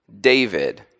David